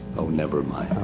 oh never mind,